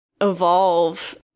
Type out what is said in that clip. evolve